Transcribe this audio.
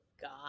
God